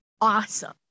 awesome